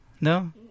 No